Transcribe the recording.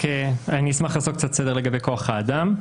אני אשמח לעשות קצת סדר לגבי כוח האדם.